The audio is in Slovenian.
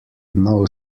nov